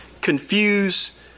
confuse